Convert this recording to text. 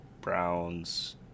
browns